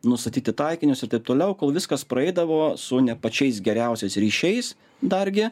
nustatyti taikinius ir taip toliau kol viskas praeidavo su ne pačiais geriausiais ryšiais dargi